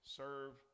serve